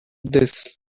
this